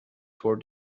for